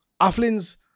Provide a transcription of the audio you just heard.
Aflin's